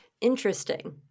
Interesting